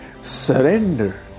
surrender